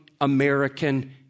American